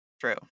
true